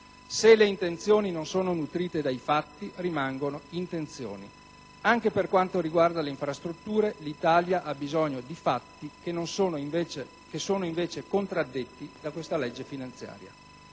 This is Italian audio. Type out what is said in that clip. se le intenzioni non sono nutrite dai fatti rimangono intenzioni. Anche per quanto riguarda le infrastrutture, l'Italia ha bisogno di fatti che sono invece contraddetti da questa legge finanziaria.